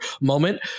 moment